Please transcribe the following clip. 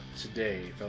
today